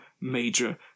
major